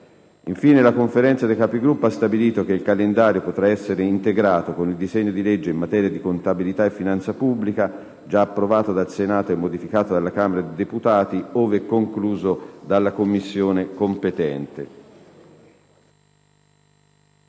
Infine, la Conferenza dei Capigruppo ha stabilito che il calendario potrà essere integrato con il disegno di legge in materia di contabilità e finanza pubblica, già approvato dal Senato e modificato dalla Camera dei deputati, ove concluso dalla Commissione competente.